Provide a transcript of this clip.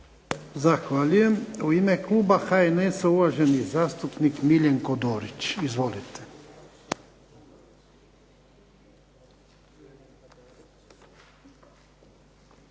Zahvaljujem. U ime kluba HNS-a uvaženi zastupnik Miljenko Dorić. Izvolite.